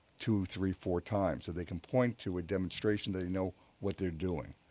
two, three, four time, so they can point to a demonstration they know what they're doing,